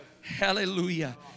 hallelujah